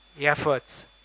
efforts